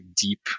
deep